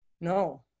No